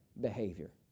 behavior